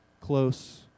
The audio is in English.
close